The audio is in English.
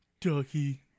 Ducky